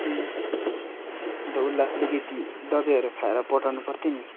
उम् अन्त उसलाई अलिकति दबाईहरू खाएर पठाउनु पर्थ्यो नि